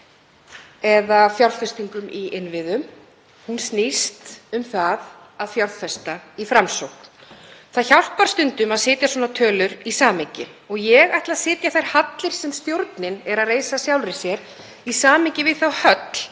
eða fjárfestingum í innviðum. Hann snýst um að fjárfesta í Framsókn. Það hjálpar stundum að setja svona tölur í samhengi og ég ætla að setja þær hallir sem stjórnin er að reisa sjálfri sér í samhengi við þá höll